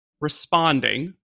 responding